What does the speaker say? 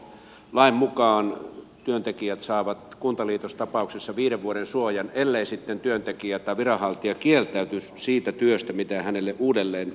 nyt kuntajakolain mukaan työntekijät saavat kuntaliitostapauksissa viiden vuoden suojan ellei sitten työntekijä tai viranhaltija kieltäydy siitä työstä mitä hänelle uudelleen osoitetaan